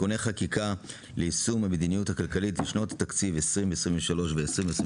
(תיקוני חקיקה ליישום המדיניות הכלכלית לשנות התקציב 2023 ו-2024),